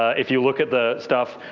if you look at the stuff.